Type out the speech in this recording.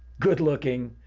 good looking,